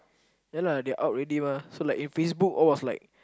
yeah lah they out already mah so like in Facebook all was like